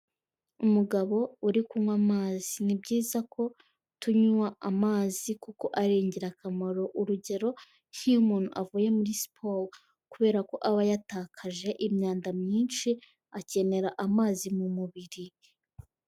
Umugabo uri kunywa amazi. Ni byiza ko tunywa amazi kuko ari ingirakamaro, urugero nk'iyo umuntu avuye muri siporo kubera ko aba yatakaje imyanda myinshi, akenera amazi mu mubiri.